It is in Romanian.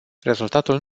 rezultatul